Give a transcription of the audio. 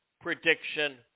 prediction